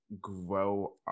grow